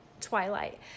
Twilight